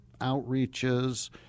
outreaches